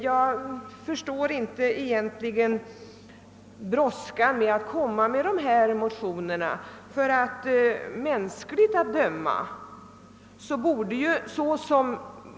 Jag förstår inte brådskan med att lägga fram en sådan motion.